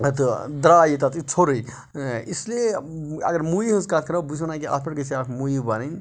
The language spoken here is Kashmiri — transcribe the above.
تہٕ درٛے یہِ تَتھ ژھورُے اِسلیے اگر موٗوی ہٕنٛز کَتھ کَرو بہٕ چھُس وَنان کہِ اَتھ پٮ۪ٹھ گژھِ اَکھ موٗوی بَنٕنۍ